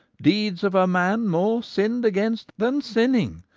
deeds of a man more sinned against than sinning,